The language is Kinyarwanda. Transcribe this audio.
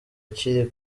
kiri